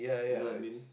you know what I mean